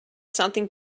something